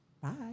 Bye